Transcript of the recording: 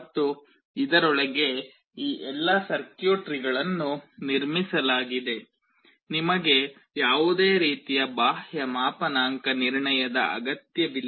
ಮತ್ತು ಇದರೊಳಗೆ ಈ ಎಲ್ಲಾ ಸರ್ಕ್ಯೂಟ್ರಿಗಳನ್ನು ನಿರ್ಮಿಸಲಾಗಿದೆ ನಿಮಗೆ ಯಾವುದೇ ರೀತಿಯ ಬಾಹ್ಯ ಮಾಪನಾಂಕ ನಿರ್ಣಯದ ಅಗತ್ಯವಿಲ್ಲ